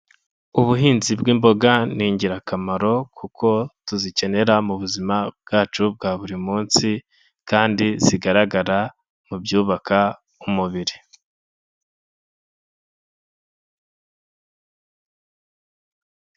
Ubuhinzi bw'imboga, ni ingirakamaro kuko tuzikenera mu buzima bwacu bwa buri munsi, kandi zigaragara, mu byubaka, umubiri.